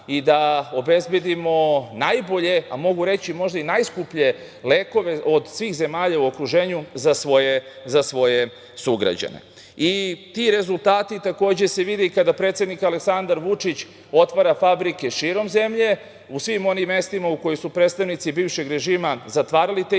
i da obezbedimo najbolje, a mogu reći možda i najskuplje lekove od svih zemalja u okruženju za svoje sugrađane. Ti rezultati se vide i kada predsednik Aleksandar Vučić otvara fabrike širom zemlje, u svim onim mestima u kojima su predstavnici bivšeg režima zatvarali te iste